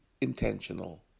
intentional